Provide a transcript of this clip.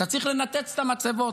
אתה צריך לנתץ את המצבות.